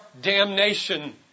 damnation